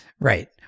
right